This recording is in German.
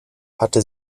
hatte